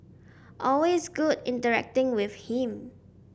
always good interacting with him